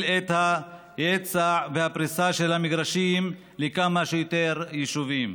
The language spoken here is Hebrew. את ההיצע והפריסה של המגרשים לכמה שיותר יישובים.